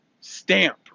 stamp